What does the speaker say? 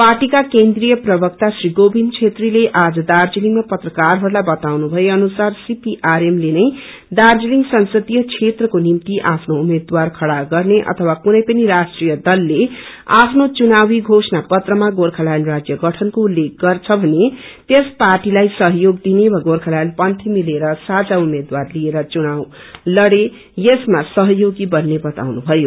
पार्टीका केन्द्रीय प्रवक्ता श्री गोविन छेत्रीले आज दार्जीलिङमा पत्रकारहरूलाई बताए अनुसार सीपीआरएम ले नै दार्जीलिङ संसदिय क्षेत्रको निम्ति आफ्नो उम्मेद्वार खड़ा गन्ने अथवा कुनै पनि राष्ट्रीय दलले आफ्नो चुनावी धोषणा पत्रमा गोर्खाल्याण्ड राज्य गठनको उल्लेख गर्छ भने त्यस पार्टीलाई सहयोग दिन वा गोर्खाल्याण्ड पंथी मिलेर साझा उम्मेद्वार लिएर चुनाव लडे यसमा सहयोगी बन्ने वताए